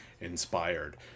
inspired